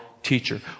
teacher